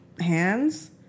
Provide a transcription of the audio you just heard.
hands